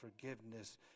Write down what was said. Forgiveness